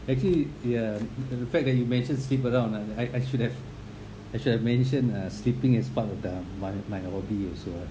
actually ya and the fact that you mentioned sleep around like I I should have I should have mentioned uh sleeping as part of the my my hobby also